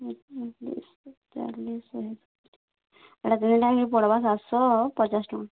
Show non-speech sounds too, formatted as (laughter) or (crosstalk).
(unintelligible) ଇ'ଟା ଦୁହିଟାକେ ପଡ଼ବା ସାତ୍ ଶହ ପଚାଶ ଟଙ୍କା